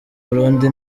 burundi